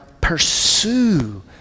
pursue